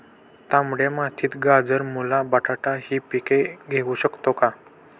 तांबड्या मातीत गाजर, मुळा, बटाटा हि पिके घेऊ शकतो का?